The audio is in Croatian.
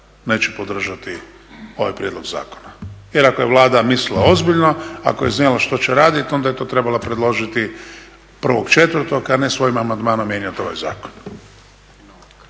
neće podržati ovaj prijedlog zakona jer ako je Vlada mislila ozbiljno ako je zanima što će raditi onda je to predložiti 1.4., a ne svojim amandmanom mijenjati ovaj zakon.